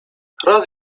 raz